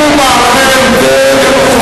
ואם הוא מאחר הוא משלם 10 שקלים.